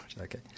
okay